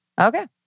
okay